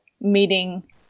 meeting